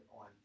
on